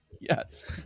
Yes